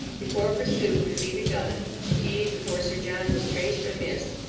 before pursuit could be begun, indeed before sir john was traced or missed,